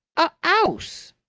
a ouse.